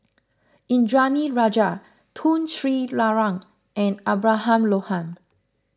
Indranee Rajah Tun Sri Lanang and Abraham Lohaned